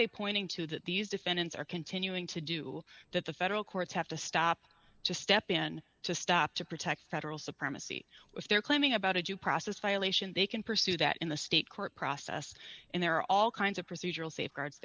they pointing to that these defendants are continuing to do that the federal courts have to stop to step in to stop to protect federal supremacy which they're claiming about a due process violation they can pursue that in the state court process and there are all kinds of procedural safeguards